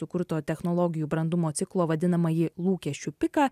sukurto technologijų brandumo ciklo vadinamąjį lūkesčių piką